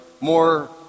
more